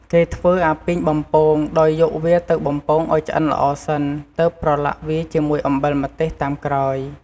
គេធ្វើអាពីងបំពង ដោយយកវាទៅបំពងឱ្យឆ្អិនល្អសិន ទើបប្រឡាក់វាជាមួយអំបិលម្ទេសតាមក្រោយ។